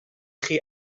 chi